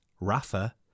rafa